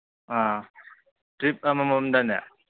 ꯑ ꯇ꯭ꯔꯤꯞ ꯑꯃꯃꯝꯗꯅꯦ